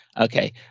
okay